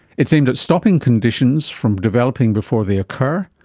it's aimed at stopping conditions from developing before they occur,